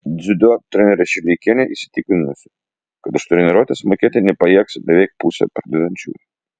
dziudo trenerė šileikienė įsitikinusi kad už treniruotes mokėti nepajėgs beveik pusė pradedančiųjų